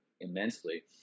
immensely